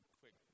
quick